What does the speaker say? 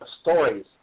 stories